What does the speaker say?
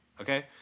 Okay